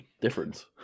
Difference